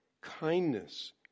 kindness